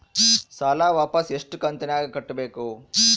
ಸಾಲ ವಾಪಸ್ ಎಷ್ಟು ಕಂತಿನ್ಯಾಗ ಕಟ್ಟಬೇಕು?